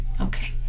Okay